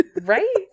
right